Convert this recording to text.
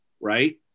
right